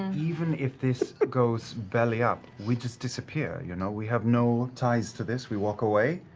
even if this goes belly-up, we just disappear. you know, we have no ties to this, we walk away,